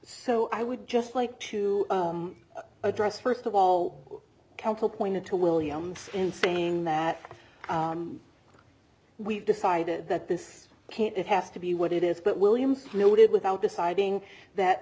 so i would just like to address st of all counsel pointed to williams and saying that we've decided that this can't it has to be what it is but williams noted without deciding that